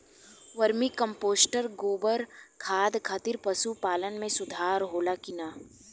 Vermi compost गोबर खाद खातिर पशु पालन में सुधार होला कि न?